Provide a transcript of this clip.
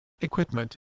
equipment